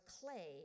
clay